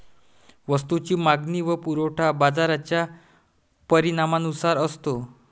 वस्तूची मागणी व पुरवठा बाजाराच्या परिणामानुसार असतो